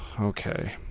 okay